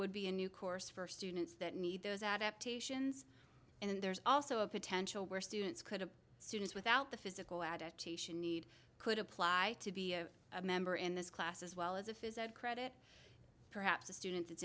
would be a new course for students that need those adaptations and there's also a potential where students could have students without the physical adaptation need could apply to be a member in this class as well as if is a credit perhaps a student